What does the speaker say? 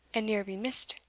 and neer be mist.